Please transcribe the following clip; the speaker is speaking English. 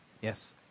Yes